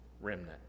remnant